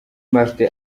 martin